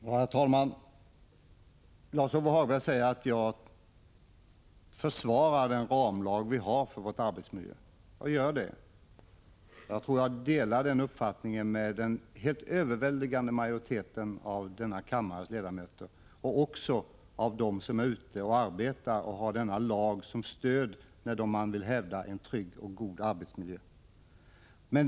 Herr talman! Lars-Ove Hagberg säger att jag försvarar den nuvarande ramlagen för arbetsmiljö. Ja, jag gör det, och jag tror att min uppfattning delas av den helt överväldigande majoriteten av denna kammares ledamöter och också av många av dem som är ute och arbetar och har denna lag som stöd när de vill hävda en god och trygg arbetsmiljö.